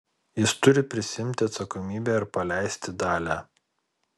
jis turi prisiimti atsakomybę ir paleisti dalią